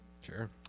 Sure